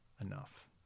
enough